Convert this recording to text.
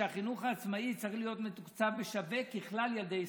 שהחינוך העצמאי צריך להיות מתוקצב בשווה כמו לכלל ילדי ישראל,